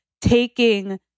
taking